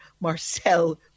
Marcel